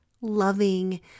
loving